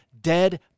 dead